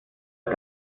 als